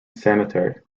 cemetery